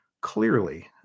clearly